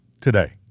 today